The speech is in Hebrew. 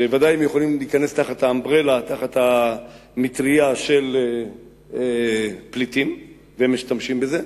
שבוודאי הם יכולים להיכנס תחת המטרייה של פליטים והם משתמשים בזה.